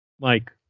Mike